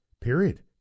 Period